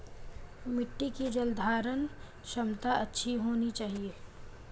मिट्टी की जलधारण क्षमता अच्छी होनी चाहिए